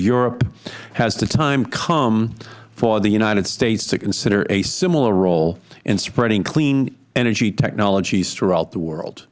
europe has the time come for the united states to consider a similar role in spreading clean energy technologies throughout the world